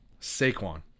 Saquon